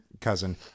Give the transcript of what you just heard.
cousin